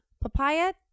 papaya